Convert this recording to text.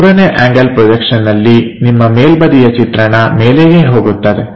ಮೂರನೇ ಆಂಗಲ್ ಪ್ರೊಜೆಕ್ಷನ್ನಲ್ಲಿ ನಿಮ್ಮ ಮೇಲ್ಬದಿಯ ಚಿತ್ರಣ ಮೇಲೆಯೇ ಹೋಗುತ್ತದೆ